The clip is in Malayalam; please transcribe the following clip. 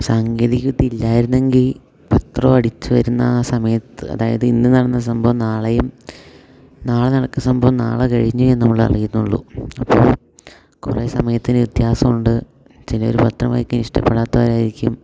സാങ്കേതിക വിദ്യ ഇല്ലായിരുന്നെങ്കിൽ പത്രം അടിച്ച് വരുന്ന ആ സമയത്ത് അതായത് ഇന്ന് നടന്ന സംഭവം നാളെയും നാളെ നടക്കുന്ന സംഭവം നാളെ കഴിഞ്ഞേ നമ്മൾ അറിയുന്നുള്ളൂ അപ്പോൾ കുറേ സമയത്തിന് വ്യത്യാസമുണ്ട് ചിലർ പത്രം വായിക്കാൻ ഇഷ്ടപ്പെടാത്തവരായിരിക്കും